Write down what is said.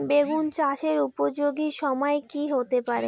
বেগুন চাষের উপযোগী সময় কি হতে পারে?